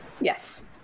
Yes